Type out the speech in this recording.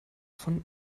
von